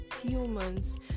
humans